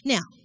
Now